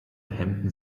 hemden